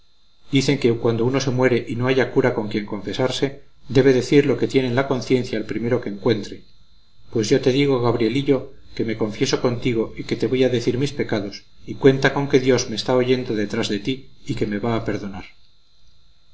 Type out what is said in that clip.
dicen que cuando uno se muere y no halla cura con quien confesarse debe decir lo que tiene en la conciencia al primero que encuentre pues yo te digo gabrielillo que me confieso contigo y que te voy a decir mis pecados y cuenta con que dios me está oyendo detrás de ti y que me va a perdonar